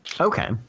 Okay